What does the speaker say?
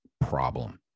problem